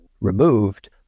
removed